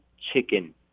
Chicken